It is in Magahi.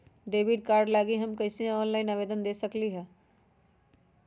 डेबिट कार्ड लागी हम कईसे ऑनलाइन आवेदन दे सकलि ह?